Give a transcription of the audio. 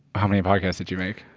how many podcasts did you make?